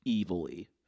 evilly